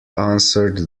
answered